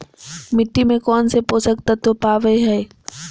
मिट्टी में कौन से पोषक तत्व पावय हैय?